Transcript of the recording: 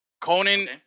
Conan